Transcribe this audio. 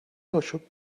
آشوب